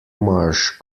marsh